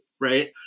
right